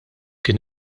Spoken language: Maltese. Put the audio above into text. kien